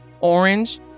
Orange